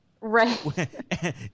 Right